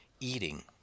eating